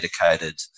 dedicated